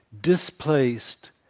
displaced